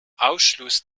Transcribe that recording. ausschluss